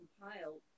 compiled